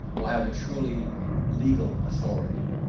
will have a truly legal authority.